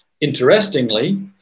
Interestingly